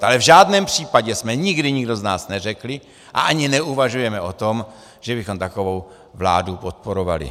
Ale v žádném případě jsme nikdy nikdo z nás neřekli a ani neuvažujeme o tom, že bychom takovou vládu podporovali.